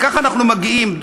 כך אנחנו מגיעים,